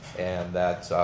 and that